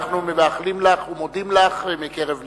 אנחנו מאחלים לך ומודים לך מקרב לב.